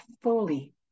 fully